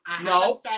No